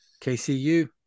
KCU